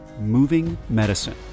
movingmedicine